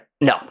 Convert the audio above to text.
No